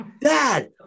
dad